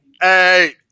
Hey